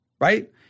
right